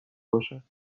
باشد